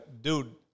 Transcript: dude